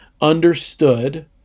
understood